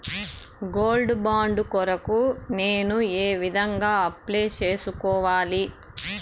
Gold bond కొరకు నేను ఏ విధంగా అప్లై సేసుకోవాలి?